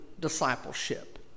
discipleship